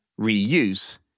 reuse